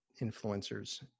influencers